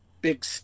Big